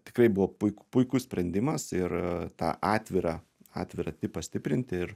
tikrai buvo puik puikus sprendimas ir tą atvirą atvirą tipą stiprinti